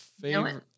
Favorite